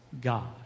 God